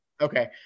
okay